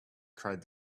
cried